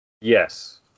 Yes